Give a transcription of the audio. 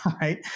right